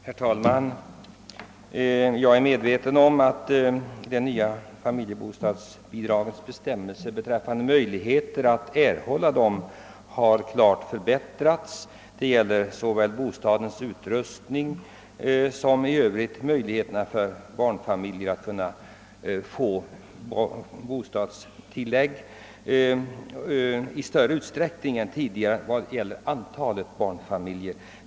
Herr talman! Jag tackar statsrådet Odhnoff för svaret på min fråga. Jag är medveten om att de nya familjebostadsbidragsbestämmelserna innebär en klar förbättring när det gäller frågan om såväl bostadens utrustning som möjligheterna för flera barnfamiljer än tidigare att få bostadstilllägg.